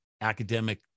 academic